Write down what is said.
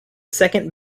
second